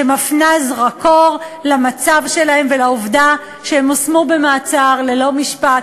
שמפנה זרקור למצב שלהם ולעובדה שהם הושמו במעצר ללא משפט.